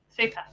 Super